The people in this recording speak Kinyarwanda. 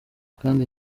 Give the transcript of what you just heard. kandi